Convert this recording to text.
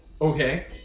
Okay